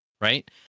Right